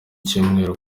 cyumweru